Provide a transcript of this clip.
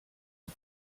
die